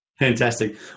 Fantastic